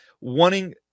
wanting